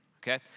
okay